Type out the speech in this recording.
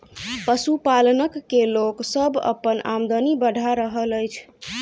पशुपालन क के लोक सभ अपन आमदनी बढ़ा रहल अछि